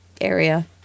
area